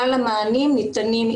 כלל המענים ניתנים,